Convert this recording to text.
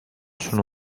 sono